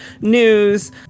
news